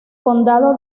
condado